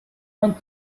went